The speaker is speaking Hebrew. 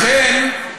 לכן,